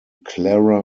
clara